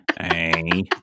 hey